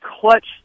clutch